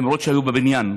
למרות שהיו בבניין.